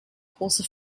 große